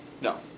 No